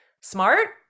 smart